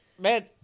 Man